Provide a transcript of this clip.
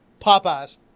Popeyes